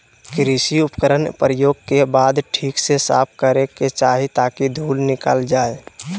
कृषि उपकरण प्रयोग के बाद ठीक से साफ करै के चाही ताकि धुल निकल जाय